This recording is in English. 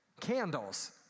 Candles